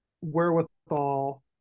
wherewithal